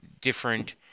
different